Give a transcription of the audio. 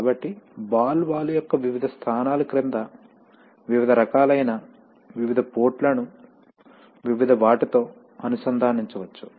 కాబట్టి ball valve యొక్క వివిధ స్థానాల క్రింద వివిధ రకాలైన వివిధ పోర్టులను వివిధ వాటితో అనుసంధానించవచ్చు